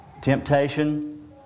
temptation